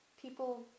people